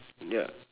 ya